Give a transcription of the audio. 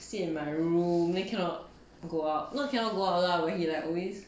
sit in my room then cannot go out not cannot go out lah when he like always